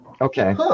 Okay